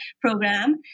program